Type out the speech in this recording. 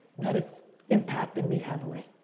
that it impacted me heavily.